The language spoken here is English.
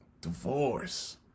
divorce